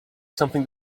something